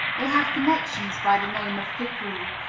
they have connections by the name of hickory,